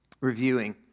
reviewing